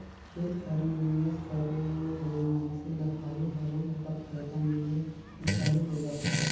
खेत खाएर में निवेस करे ले मइनसे ल हालु हालु ओकर फयदा मिले ले चालू होए जाथे